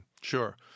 Sure